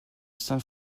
san